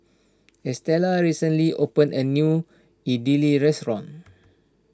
Estella recently opened a new Idili restaurant